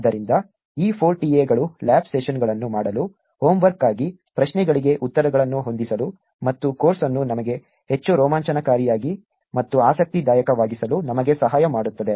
ಆದ್ದರಿಂದ ಈ 4 TA ಗಳು ಲ್ಯಾಬ್ ಸೆಷನ್ಗಳನ್ನು ಮಾಡಲು ಹೋಮ್ವರ್ಕ್ಗಾಗಿ ಪ್ರಶ್ನೆಗಳಿಗೆ ಉತ್ತರಗಳನ್ನು ಹೊಂದಿಸಲು ಮತ್ತು ಕೋರ್ಸ್ ಅನ್ನು ನಮಗೆ ಹೆಚ್ಚು ರೋಮಾಂಚನಕಾರಿ ಮತ್ತು ಆಸಕ್ತಿದಾಯಕವಾಗಿಸಲು ನಮಗೆ ಸಹಾಯ ಮಾಡುತ್ತದೆ